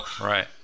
Right